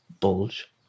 bulge